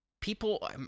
people